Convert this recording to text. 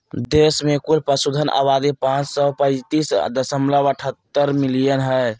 देश में कुल पशुधन आबादी पांच सौ पैतीस दशमलव अठहतर मिलियन हइ